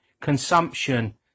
consumption